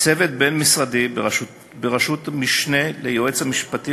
צוות בין-משרדי בראשות משנה ליועץ המשפטי